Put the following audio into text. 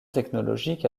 technologique